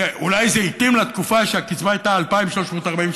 אולי זה התאים לתקופה שהקצבה הייתה 2,342,